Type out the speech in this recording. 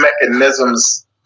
mechanisms